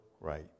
right